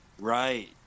Right